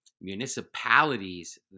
municipalities